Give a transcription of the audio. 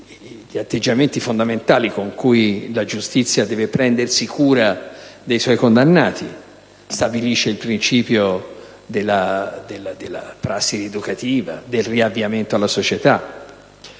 gli atteggiamenti fondamentali con cui la giustizia deve prendersi cura dei suoi condannati. Stabilisce il principio della prassi rieducativa e del riavviamento alla società.